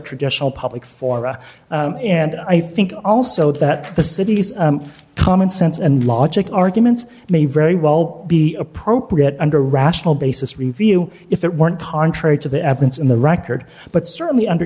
traditional public fora and i think also that the city's common sense and logic arguments may very well be appropriate under rational basis review if it weren't contrary to the evidence in the record but certainly under